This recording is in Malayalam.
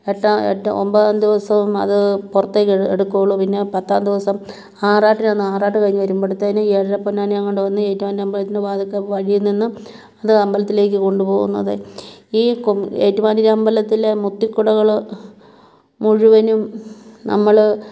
എട്ടാം ഒമ്പതാം ദിവസം അത് പുറത്തേക്ക് എടുക്കുവൊള്ളൂ പിന്നെ പത്താം ദിവസം ആറാട്ടിനാന്ന് ആറാട്ട് കഴിഞ്ഞ് വരുമ്പോഴ്ത്തേന് ഏഴരപ്പൊന്നാനേം കൊണ്ട് വന്ന് ഏറ്റുമാനൂരമ്പലത്തിൽ വാതിൽക്കെ വഴി നിന്ന് അത് അമ്പലത്തിലേക്ക് കൊണ്ട് പോകുന്നത് ഈ ഏറ്റുമാനൂരമ്പലത്തിലെ മുത്തു കുടകൾ മുഴുവനും നമ്മൾ